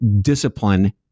discipline